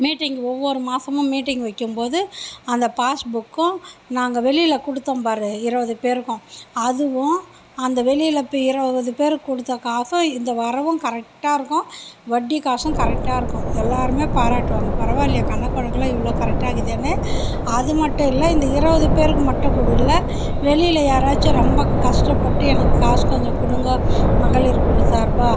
meeting ஒவ்வொரு மாதமும் meeting வைக்கும்போது அந்த பாஸ்புக்கும் நாங்கள் வெளியில் கொடுத்தோம் பார் இருபது பேருக்கும் அதுவும் அந்த வெளியில் இப்போ இருபது பேருக்கு கொடுத்த காசும் இந்த வரவும் கரெக்டாக இருக்கும் வட்டி காசும் கரெக்டாக இருக்கும் எல்லோருமே பாராட்டுவாங்க பரவாயில்லையே கணக்கு வழக்குலாம் இவ்வளோ கரெக்டாக இருக்குதேன்னு அது மட்டும் இல்லை இந்த இருபது பேருக்கு மட்டும் குழு இல்லை வெளியில் யாராச்சும் ரொம்ப கஷ்டப்பட்டு எனக்கு காசு கொஞ்சம் கொடுங்க மகளிர் குழு சார்பாக